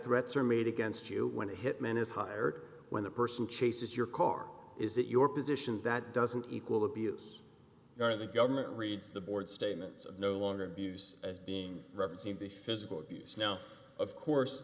threats are made against you when a hit man is hired when the person chases your car is that your position that doesn't equal abuse or the government reads the board statements of no longer abuse as being represent the physical abuse now of course